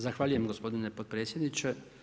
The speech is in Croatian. Zahvaljujem gospodine potpredsjedniče.